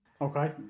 Okay